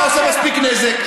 אתה עושה מספיק נזק,